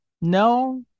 no